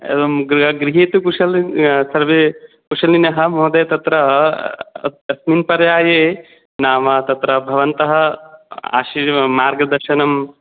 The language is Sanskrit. एवं गृहे तु सर्वे कुशलिनः महोदय तत्र अस्मिन् पर्याये नाम तत्र भवन्तः आशीर् मार्गदर्शनम्